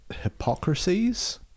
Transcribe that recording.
hypocrisies